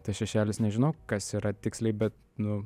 tas šešėlis nežinau kas yra tiksliai bet nu